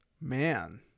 Man